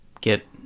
get